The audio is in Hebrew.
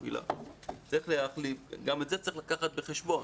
צריך להחליף, גם את זה צריך לקחת בחשבון.